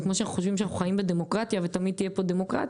זה כמו שאנחנו חושבים שאנחנו חיים בדמוקרטיה ותמיד תהיה פה דמוקרטיה,